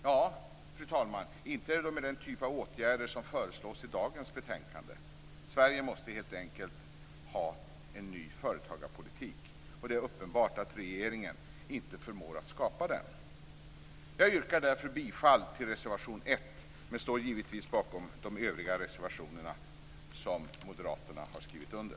Ja, fru talman, inte med den typ av åtgärder som föreslås i dagens betänkande. Sverige måste helt enkelt ha en ny företagarpolitik, och det är uppenbart att regeringen inte förmår skapa den. Jag yrkar därför bifall till reservation 1 men står givetvis bakom de övriga reservationer som moderater har skrivit under.